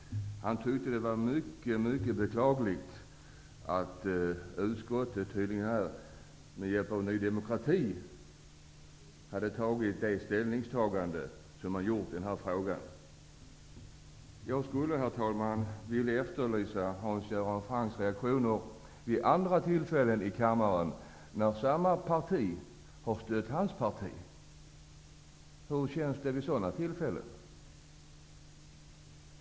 Hans Göran Franck tyckte att det var mycket beklagligt att utskottet, med stöd av Ny demokrati, har gjort detta ställningstagande i frågan. Jag skulle vilja efterlysa, herr talman, Hans Göran Francks reaktioner vid andra tillfällen i kammaren när samma parti har stött hans eget parti. Hur känns det vid sådana tillfällen?